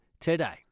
today